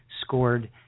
scored